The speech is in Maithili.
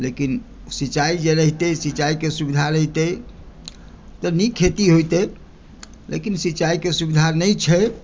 लेकिन सिंचाई जे रहितै सिचाईके सुविधा रहितै तऽ नीक खेती होइतै लेकिन सिंचाईके सुविधा नहि छै